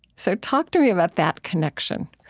so talk to me about that connection